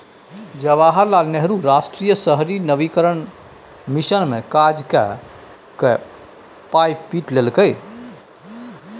जवाहर लाल नेहरू राष्ट्रीय शहरी नवीकरण मिशन मे काज कए कए पाय पीट लेलकै